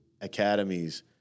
academies